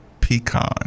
pecan